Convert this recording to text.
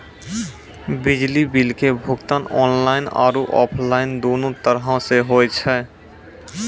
बिजली बिल के भुगतान आनलाइन आरु आफलाइन दुनू तरहो से होय छै